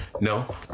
no